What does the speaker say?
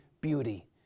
beauty